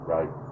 Right